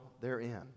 therein